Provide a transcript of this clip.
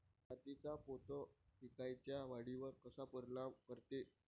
मातीचा पोत पिकाईच्या वाढीवर कसा परिनाम करते?